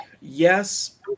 Yes